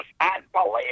unbelievable